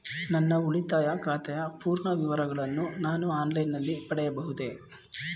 ನನ್ನ ಉಳಿತಾಯ ಖಾತೆಯ ಪೂರ್ಣ ವಿವರಗಳನ್ನು ನಾನು ಆನ್ಲೈನ್ ನಲ್ಲಿ ಪಡೆಯಬಹುದೇ?